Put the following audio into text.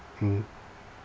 mm